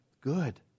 good